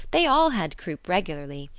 they all had croup regularly.